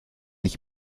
ich